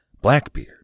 Blackbeard